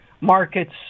markets